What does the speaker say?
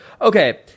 Okay